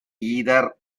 either